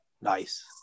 Nice